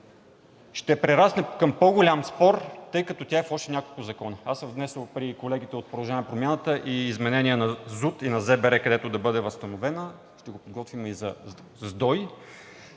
ще прерасне към по-голям спор, тъй като тя е в още няколко закона. Аз съм внесъл при колегите от „Продължаваме Промяната“ и изменения на ЗУТ и на ЗБР, където да бъде възстановена, ще го подготвим и за ЗДОИ,